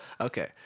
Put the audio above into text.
Okay